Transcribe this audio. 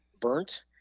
burnt